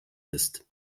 ist